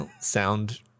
Sound